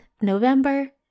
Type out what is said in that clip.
November